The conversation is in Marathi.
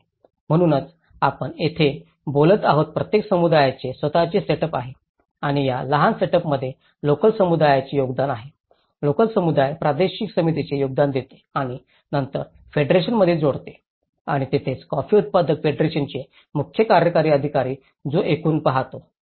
म्हणूनच आपण येथे बोलत आहोत प्रत्येक समुदायाचे स्वतःचे सेटअप आहे आणि या लहान सेटअपमध्ये लोकल समुदायाचे योगदान आहे लोकल समुदाय प्रादेशिक समितीचे योगदान देते आणि नंतर फेडरेशनमध्ये जोडते आणि तिथेच कॉफी उत्पादक फेडरेशनचे मुख्य कार्यकारी अधिकारी जो एकूण पाहतो